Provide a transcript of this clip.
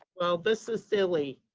well this is silly.